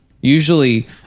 usually